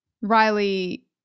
Riley